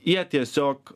jie tiesiog